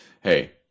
hey